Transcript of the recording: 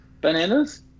bananas